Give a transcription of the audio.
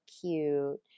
cute